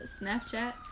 snapchat